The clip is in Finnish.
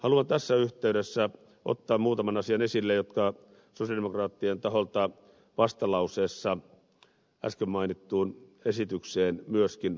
haluan tässä yhteydessä ottaa muutaman asian esille jotka sosialidemokraattien taholta vastalauseessa äsken mainittuun esitykseen myöskin on kirjattu